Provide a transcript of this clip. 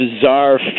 bizarre